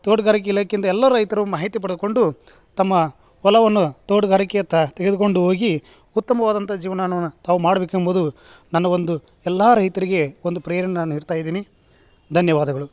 ತೋಟ್ಗಾರಿಕೆ ಇಲಾಖೆಯಿಂದ ಎಲ್ಲಾ ರೈತರು ಮಾಹಿತಿ ಪಡ್ಕೊಂಡು ತಮ್ಮ ಹೊಲವನ್ನು ತೋಟಗಾರಿಕೆಯತ್ತ ತೆಗೆದುಕೊಂಡು ಹೋಗಿ ಉತ್ತಮವಾದಂಥ ಜೀವ್ನವನ ತಾವು ಮಾಡ್ಬೇಕು ಎಂಬುದು ನನ್ನ ಒಂದು ಎಲ್ಲಾ ರೈತಿರಗೆ ಒಂದು ಪ್ರೇರಣೆ ನಾನು ನೀಡ್ತಾ ಇದ್ದೀನಿ ಧನ್ಯವಾದಗಳು